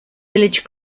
village